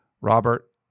Robert